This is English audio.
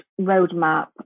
roadmap